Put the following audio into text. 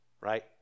right